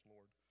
Lord